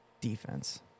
defense